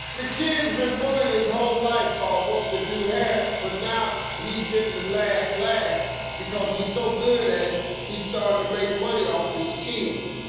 the kid's been bullied his whole life for wanting to do hair. but now he's getting the last laugh because he's so good at it, he's starting to make money off his skills.